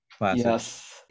Yes